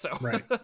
Right